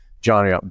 Johnny